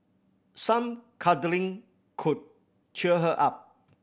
some cuddling could cheer her up